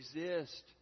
exist